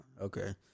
Okay